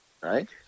right